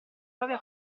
proprio